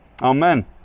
Amen